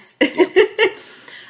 Yes